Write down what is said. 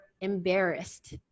embarrassed